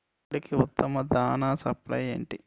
కోడికి ఉత్తమ దాణ సప్లై ఏమిటి?